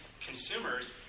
consumers